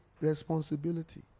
responsibility